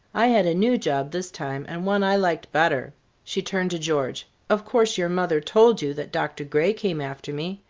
i had a new job this time, and one i liked better. she turned to george of course your mother told you that dr. gray came after me.